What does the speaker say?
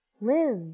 live